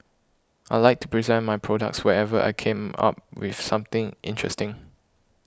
I like to present my products whenever I come up with something interesting